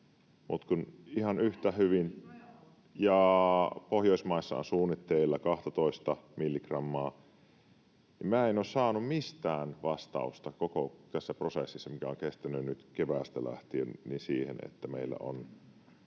myrkytysrajalla!] Kun Pohjoismaissa on suunnitteilla 12:ta milligrammaa, niin minä en ole saanut mistään vastausta koko tässä prosessissa, joka on kestänyt nyt keväästä lähtien, siihen, miksi meillä on